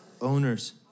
owners